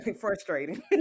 Frustrating